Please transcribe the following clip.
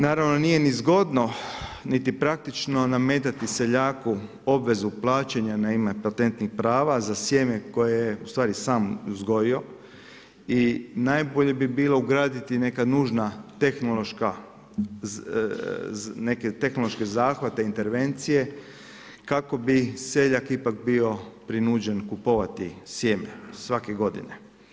Naravno nije ni zgodno niti praktično nametati seljaku obvezu plaćanja na ime patentnih prava za sjeme koje je ustvari sam uzgojio i najbolje bi bilo ugraditi neke nužne tehnološke zahvate, intervencije kako bi seljak ipak bio prinuđen kupovati sjeme svake godine.